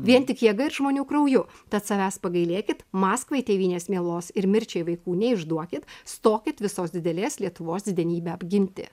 vien tik jėga ir žmonių krauju tad savęs pagailėkit maskvai tėvynės mielos ir mirčiai vaikų neišduokit stokit visos didelės lietuvos didenybę apginti